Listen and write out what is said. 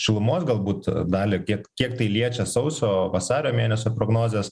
šilumos galbūt dalį kiek kiek tai liečia sausio vasario mėnesio prognozės